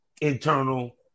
internal